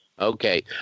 okay